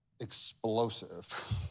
explosive